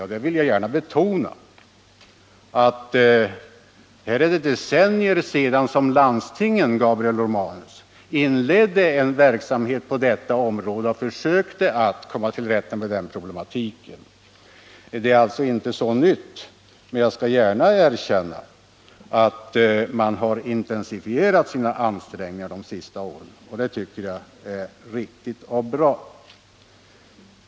Och jag vill gärna betona, Gabriel Romanus, att det är decennier sedan landstinget inledde en verksamhet på detta område och försökte komma till rätta med den problematiken. Idéerna är alltså inte nya, men jag skall gärna erkänna att man har intensifierat sina ansträngningar under de senaste åren — och det tycker jag är riktigt och bra.